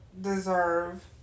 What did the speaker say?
deserve